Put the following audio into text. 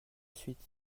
suite